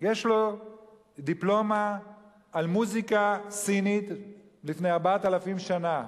יש לו דיפלומה על מוזיקה סינית לפני 4,000 שנה,